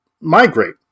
migrate